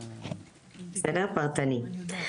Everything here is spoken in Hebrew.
פרטני.